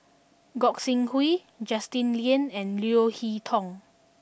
Gog Sing Hooi Justin Lean and Leo Hee Tong